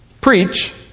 preach